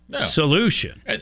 solution